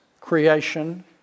creation